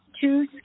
two